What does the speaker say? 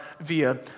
via